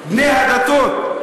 "בני הדתות".